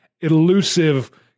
elusive